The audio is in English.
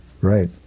Right